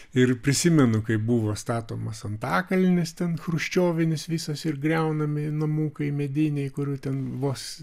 ir prisimenu kaip buvo statomas antakalnis ten chroščiovinis visas ir griaunami namukai mediniai kurių ten vos